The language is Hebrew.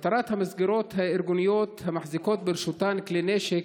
מטרת המסגרות הארגוניות המחזיקות ברשותן כלי נשק,